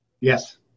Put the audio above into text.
Yes